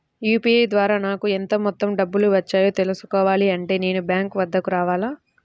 UPI ద్వారా నాకు ఎంత మొత్తం డబ్బులు వచ్చాయో తెలుసుకోవాలి అంటే నేను బ్యాంక్ వద్దకు రావాలా?